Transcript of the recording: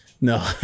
No